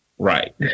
Right